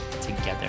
together